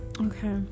Okay